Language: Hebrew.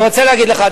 אני רוצה להגיד לך,